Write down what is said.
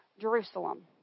Jerusalem